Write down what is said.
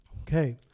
Okay